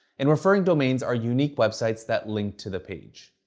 and referring domains are unique websites that link to the page.